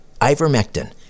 ivermectin